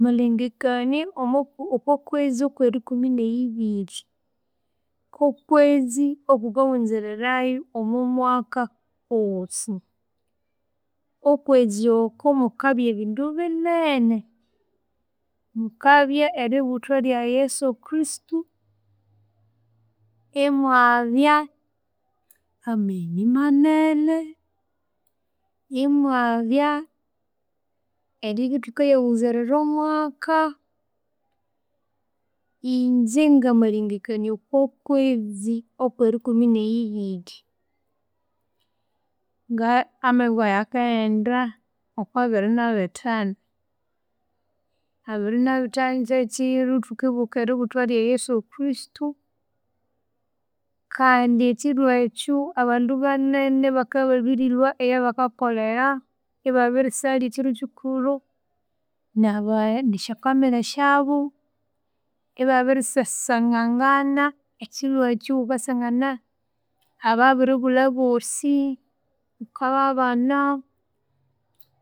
Namalengekania omwa okwakwezi kwerikumi neyibiri, kwokwezi okukawunzererayu omwamwaka owosi. Okwezi oko mukabya ebindu binene, mukabya eributhwa rya Yesu Kristu, imwabya amagheni manene, imwabya eribya thukayawunzerera omwaka. Ingye ngamalengekania okwakwezi okwerikumi neyibiri, nga amenge wayi akaghenda okwabiri nabithanu. Abiri nabithanu kyekyiru thukibuka eributhwa rya yesu Kristo kandi ekyiru ekyu abandu banene bakababirilhwa eyabakakolera ibabirisalya ekyiro kyikulhu naba nesyafamily syabu, ibabirisasangangana, ekyiru ekyu wukasangana ababiribulha abosi wukababana